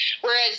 whereas